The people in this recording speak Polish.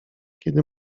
kiedy